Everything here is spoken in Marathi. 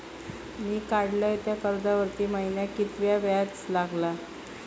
मी काडलय त्या कर्जावरती महिन्याक कीतक्या व्याज लागला?